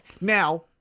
now